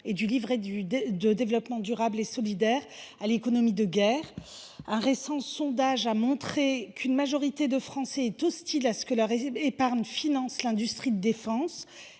et du livret de développement durable et solidaire (LDDS) vers l’économie de guerre. Un sondage récent a montré qu’une majorité de Français sont hostiles à ce que leur épargne finance l’industrie de la défense.